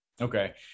Okay